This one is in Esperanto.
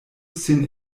sin